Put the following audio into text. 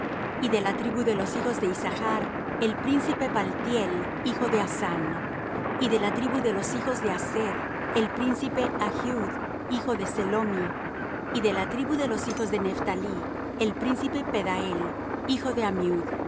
y de la tribu de los hijos de issachr el príncipe paltiel hijo de azan y de la tribu de los hijos de aser el príncipe ahiud hijo de selomi y de la tribu de los hijos de nephtalí el príncipe pedael hijo de